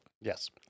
Yes